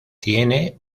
tiene